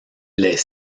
les